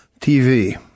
TV